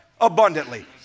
abundantly